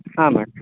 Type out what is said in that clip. ಹಾಂ ಮೇಡಮ್